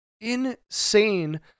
insane